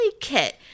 Kit